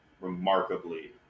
remarkably